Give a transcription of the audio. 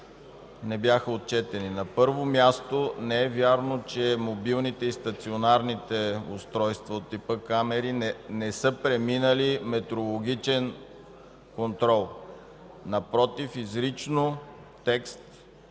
не бяха отчетени. На първо място, не е вярно, че мобилните и стационарните устройства от типа камери не са преминали метрологичен контрол. Напротив, изричен текст